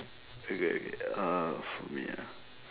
okay okay uh for me uh